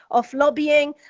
of lobbying,